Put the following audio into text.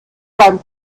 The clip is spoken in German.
beim